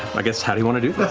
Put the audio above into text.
i guess, how do you want to do